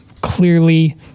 clearly